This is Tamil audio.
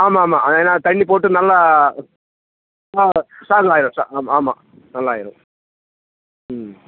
ஆமாம் ஆமாம் ஏன்னா தண்ணி போட்டு நல்லா ஸ்ட்ராங் ஆயிடும் ஆமாம் ஆமாம் நல்லாயிரும் ம்